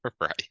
Right